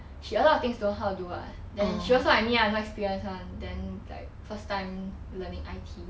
she a lot of things don't how to do [what] then she also like me lah no experience [one] then like first time learning I_T